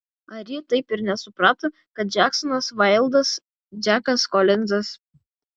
ar ji taip ir nesuprato kad džeksonas vaildas džekas kolinzas